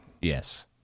Yes